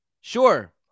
Sure